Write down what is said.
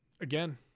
again